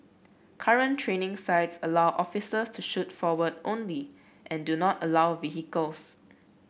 current training sites allow officers to shoot forward only and do not allow vehicles